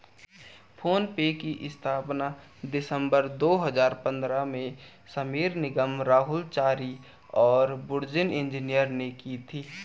phone पे की स्थापना दिसंबर दो हजार पन्द्रह में समीर निगम, राहुल चारी और बुर्जिन इंजीनियर ने की थी